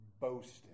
boasting